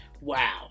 Wow